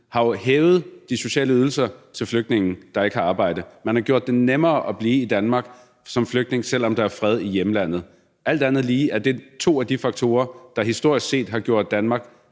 har jo hævet de sociale ydelser til flygtninge, der ikke har arbejde. Man har gjort det nemmere at blive i Danmark som flygtning, selv om der er fred i hjemlandet. Alt andet lige er det to af de faktorer, der historisk set har gjort Danmark